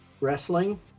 wrestling